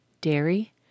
dairy